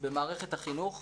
במערכת החינוך,